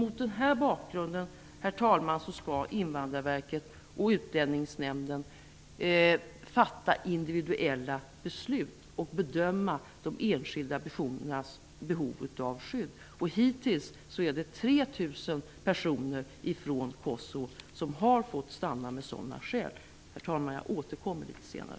Mot den här bakgrunden skall Invandrarverket och Utlänningsnämnden fatta individuella beslut och bedöma de enskilda personernas behov av skydd. Hittills är det 3 000 personer från Kosovo som har fått stanna med sådana skäl. Herr talman! Jag återkommer litet senare.